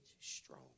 strong